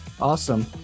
Awesome